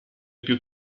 più